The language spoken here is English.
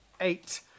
eight